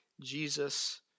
Jesus